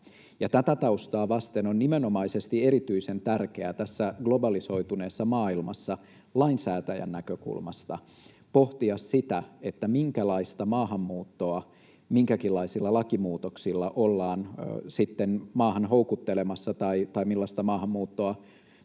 Tätä taustaa vasten on nimenomaisesti erityisen tärkeää tässä globalisoituneessa maailmassa lainsäätäjän näkökulmasta pohtia sitä, minkälaista maahanmuuttoa minkäkinlaisilla lakimuutoksilla ollaan maahan houkuttelemassa tai millaista maahanmuuttoa